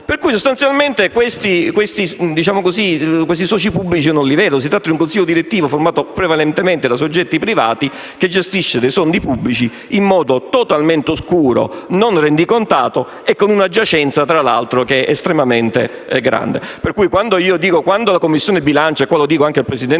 Quindi, sostanzialmente questi soci pubblici non li vedo. Si tratta di un consiglio direttivo formato prevalentemente da soggetti privati, che gestisce dei soldi pubblici in modo totalmente oscuro, non rendicontato, con una giacenza tra l'altro estremamente grande. Inoltre, la Commissione bilancio - e mi rivolgo anche al presidente